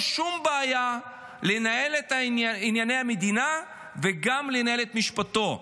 שום בעיה לנהל את ענייני המדינה וגם לנהל את משפטו,